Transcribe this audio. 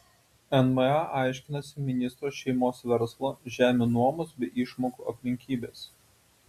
nma aiškinasi ministro šeimos verslo žemių nuomos bei išmokų aplinkybes